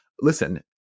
Listen